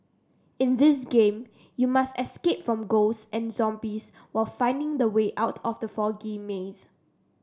in this game you must escape from ghost and zombies while finding the way out from the foggy maze